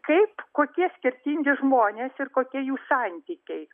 kaip kokie skirtingi žmonės ir kokie jų santykiai